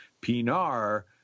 Pinar